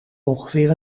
ongeveer